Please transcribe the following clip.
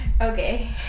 Okay